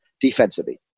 defensively